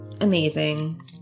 amazing